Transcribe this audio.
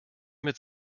mit